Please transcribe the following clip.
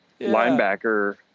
linebacker